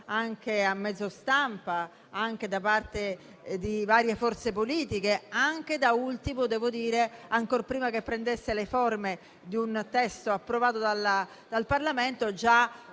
anche a mezzo stampa, anche da parte di varie forze politiche. Da ultimo, ancor prima che prendesse le forme di un testo approvato dal Parlamento,